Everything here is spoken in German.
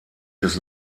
des